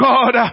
God